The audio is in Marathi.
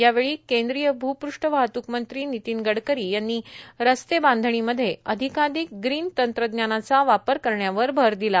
यावेळी केंद्रीय भू पृष्ठ वाहतूक मंत्री नितीन गडकरी यांनी रस्ते बांधणीमध्ये अधिकाधिक ग्रीन तंत्रज्ञानाचा वापर करण्यावर भर दिला